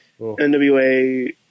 NWA